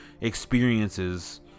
experiences